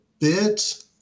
bit